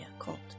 occult